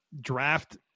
draft